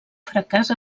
fracàs